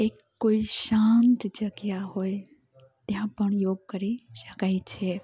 એક કોઈ શાંત જગ્યા હોય ત્યાં પણ યોગ કરી શકાય છે